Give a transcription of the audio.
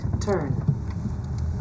turn